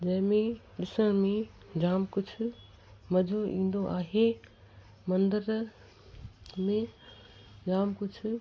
जंहिं में ॾिसण में जाम कुझु मज़ो ईंदो आहे मंदर में जाम कुझु